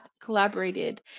Collaborated